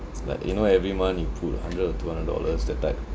it's like you know every month you put hundred or two hundred dollars that type